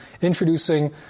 introducing